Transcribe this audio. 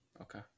Okay